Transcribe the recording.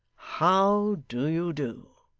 how do you do